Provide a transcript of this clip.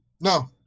No